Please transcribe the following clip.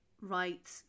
right